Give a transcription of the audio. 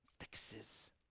fixes